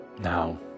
Now